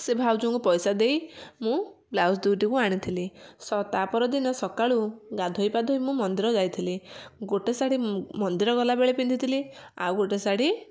ସେ ଭାଉଜଙ୍କୁ ପଇସା ଦେଇ ମୁଁ ବ୍ଲାଉଜ ଦୁଇଟିକୁ ଆଣିଥିଲି ସ ତା ପରଦିନ ସକାଳୁ ଗାଧୋଇ ପାଧୋଇ ମୁଁ ମନ୍ଦିର ଯାଇଥିଲି ଗୋଟେ ଶାଢ଼ୀ ମନ୍ଦିର ଗଲାବେଳେ ପିନ୍ଧିଥିଲି ଆଉ ଗୋଟେ ଶାଢ଼ୀ